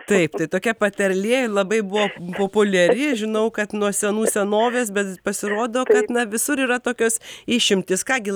taip tai tokia patarlė labai buvo populiari žinau kad nuo senų senovės bet pasirodo na visur yra tokios išimtys ką gi